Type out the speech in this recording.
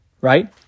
right